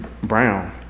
Brown